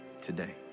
today